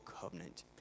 covenant